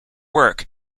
work